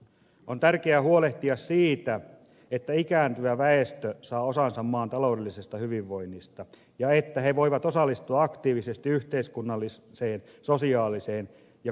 on tärkeää huolehtia siitä että ikääntyvä väestö saa osansa maan taloudellisesta hyvinvoinnista ja että he voivat osallistua aktiivisesti yhteiskunnalliseen sosiaali ja kulttuurielämään